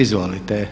Izvolite.